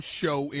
show